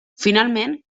finalment